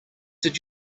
did